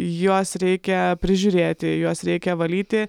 juos reikia prižiūrėti juos reikia valyti